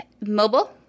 mobile